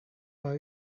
are